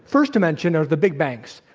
first dimension are the big banks.